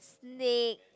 next